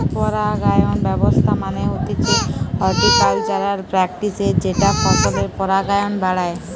পরাগায়ন ব্যবস্থা মানে হতিছে হর্টিকালচারাল প্র্যাকটিসের যেটা ফসলের পরাগায়ন বাড়ায়